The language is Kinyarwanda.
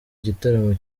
gitaramo